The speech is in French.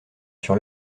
sur